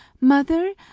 mother